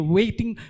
waiting